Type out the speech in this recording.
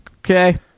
Okay